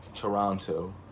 Toronto